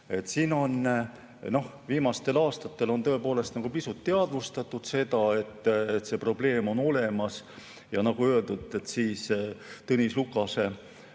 pidada. Viimastel aastatel on tõepoolest pisut teadvustatud seda, et probleem on olemas. Ja nagu öeldud, siis Tõnis Lukase